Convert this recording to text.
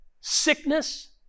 sickness